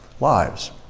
lives